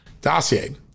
dossier